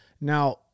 now